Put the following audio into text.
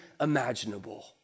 imaginable